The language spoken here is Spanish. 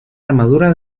armadura